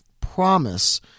promise